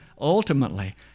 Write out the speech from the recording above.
Ultimately